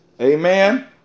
Amen